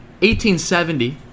1870